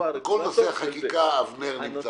הוא הרגולטור של זה.